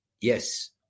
yes